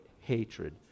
hatred